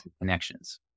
connections